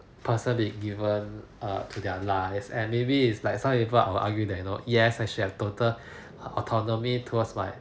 person it given uh to their lives and maybe it's like some people I will argue that you know yes I should have total autonomy towards my